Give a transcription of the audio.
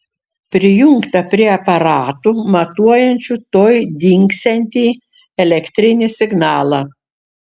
prijungta prie aparatų matuojančių tuoj dingsiantį elektrinį signalą